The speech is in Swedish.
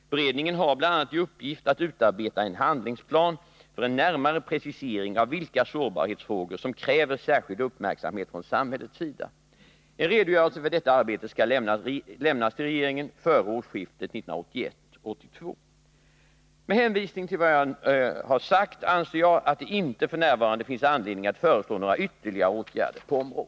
Beredningen har bl.a. fått i uppgift att utarbeta en handlingsplan med en närmare precisering av vilka sårbarhetsfrågor som kräver särskild uppmärksamhet från samhällets sida. En redogörelse för detta arbete skall lämnas till regeringen före årsskiftet 1981-1982. Med hänvisning till vad jag nu har sagt anser jag att det inte f. n. finns anledning att föreslå några ytterligare åtgärder på området.